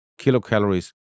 kilocalories